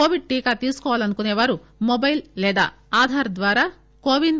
Covid టీకా తీసుకుకోవాలనుకునేవారు mobile లేదా ఆధార్ ద్వారా కోవిన్